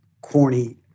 corny